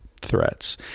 threats